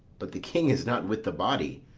but the king is not with the body.